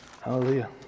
Hallelujah